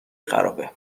خرابه